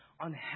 on